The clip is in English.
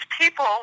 people